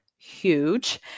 Huge